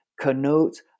connotes